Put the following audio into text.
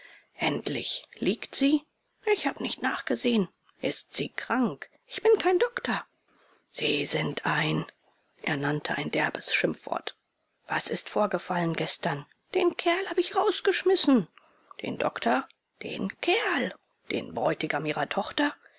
endlich liegt sie ich habe nicht nachgesehen ist sie krank ich bin kein doktor sie sind ein er nannte ein derbes schimpfwort was ist vorgefallen gestern den kerl hab ich rausgeschmissen den doktor den kerl den bräutigam ihrer tochter